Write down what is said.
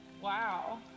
wow